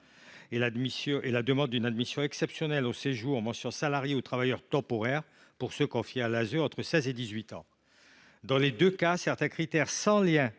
; la demande d’une admission exceptionnelle au séjour mention « salarié » ou « travailleur temporaire » pour ceux qui l’ont été entre 16 et 18 ans. Dans les deux cas, certains critères sans lien